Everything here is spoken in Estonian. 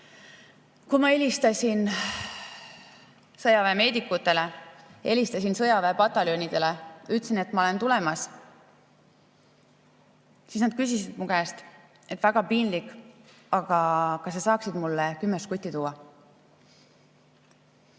Kui ma helistasin sõjaväemeedikutele, helistasin sõjaväe pataljonidesse ja ütlesin, et ma olen tulemas, siis nad küsisid mu käest, et väga piinlik, aga kas sa saaksid mulle kümme žgutti tuua.